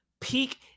peak